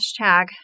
Hashtag